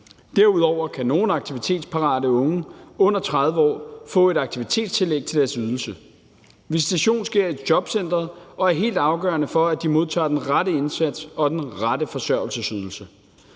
Herudover kan nogle aktivitetsparate unge under 30 år få et aktivitetstillæg til deres ydelse. Visitationen sker i jobcentret og er helt afgørende for, at de modtager den rette indsats og den rette forsørgelsesydelse.